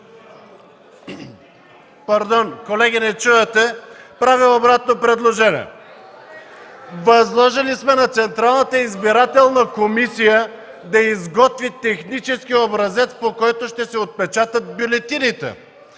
Пардон! Колеги, не чувате ли? Правя обратно предложение – възложили сме на Централната избирателна комисия да изготви технически образец, по който ще се отпечатат бюлетините.